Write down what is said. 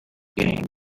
game